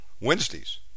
Wednesdays